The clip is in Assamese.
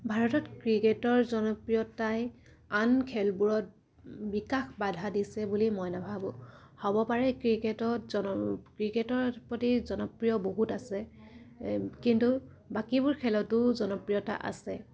ভাৰতত ক্ৰিকেটৰ জনপ্ৰিয়তাই আন খেলবোৰৰ বিকাশত বাধা দিছে বুলি মই নাভাবোঁ হ'ব পাৰে ক্ৰিকেটত জন ক্ৰিকেটৰ প্ৰতি জনপ্ৰিয় বহুত আছে কিন্তু বাকীবোৰ খেলতো জনপ্ৰিয়তা আছে